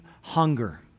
hunger